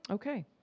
Okay